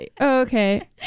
okay